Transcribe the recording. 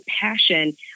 passion